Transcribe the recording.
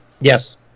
Yes